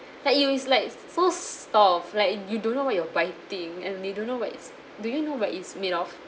like you it's like so soft like you don't know what you're biting and you don't know what is do you know what it's made of